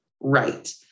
Right